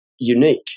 unique